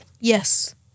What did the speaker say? Yes